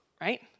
right